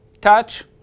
Touch